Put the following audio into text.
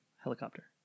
Helicopter